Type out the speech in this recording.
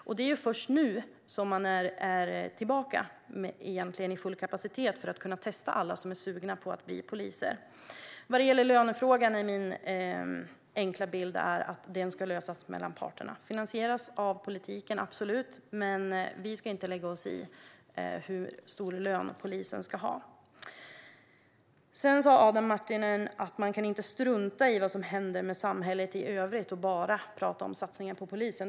Det är egentligen först nu man är tillbaka med full kapacitet för att kunna testa alla som är sugna på att bli poliser. Vad gäller lönefrågan är min enkla bild att den ska lösas mellan parterna. Polisernas löner ska absolut finansieras av politiken, men vi ska inte lägga oss i hur höga de ska vara. Adam Marttinen sa att man inte kan strunta i vad som händer i samhället i övrigt och bara tala om satsningen på polisen.